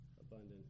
abundant